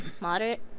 moderate